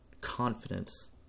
confidence